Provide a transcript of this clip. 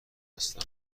هستم